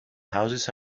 houses